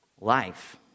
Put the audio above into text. life